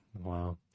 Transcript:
Wow